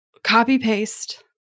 Copy-paste